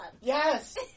Yes